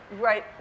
Right